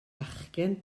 fachgen